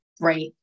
right